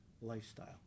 lifestyle